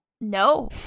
No